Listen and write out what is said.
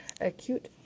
acute